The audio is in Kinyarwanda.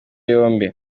yombi